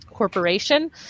Corporation